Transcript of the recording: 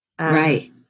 right